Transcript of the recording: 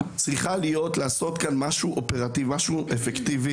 מוות לערבים, מישהו צועק את הקריאה הבזויה